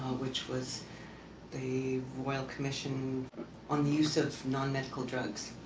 which was the royal commission on the use of non-medical drugs.